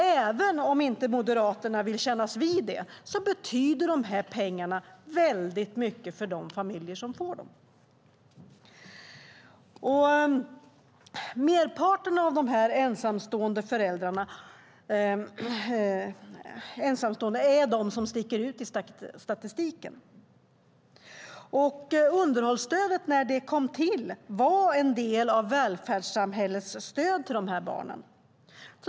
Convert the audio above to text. Även om Moderaterna inte vill kännas vid det betyder de här pengarna väldigt mycket för de familjer som får dem. De ensamstående föräldrarna är de som sticker ut i statistiken. När underhållstödet kom till var det en del av välfärdsamhällets stöd till de här barnen.